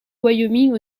wyoming